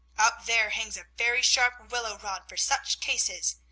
up there hangs a very sharp willow rod for such cases.